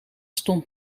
stond